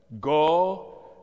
Go